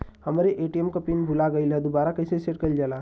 हमरे ए.टी.एम क पिन भूला गईलह दुबारा कईसे सेट कइलजाला?